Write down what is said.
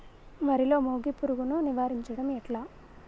వరిలో మోగి పురుగును నివారించడం ఎట్లా?